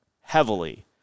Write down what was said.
heavily